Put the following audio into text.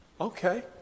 okay